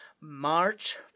March